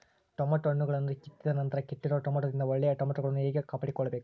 Tomato ಹಣ್ಣುಗಳನ್ನು ಕಿತ್ತಿದ ನಂತರ ಕೆಟ್ಟಿರುವ ಟೊಮೆಟೊದಿಂದ ಒಳ್ಳೆಯ ಟೊಮೆಟೊಗಳನ್ನು ಹೇಗೆ ಕಾಪಾಡಿಕೊಳ್ಳಬೇಕು?